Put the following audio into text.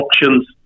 options